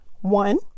One